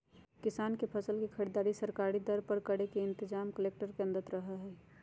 किसान के फसल के खरीदारी सरकारी दर पर करे के इनतजाम कलेक्टर के अंदर रहा हई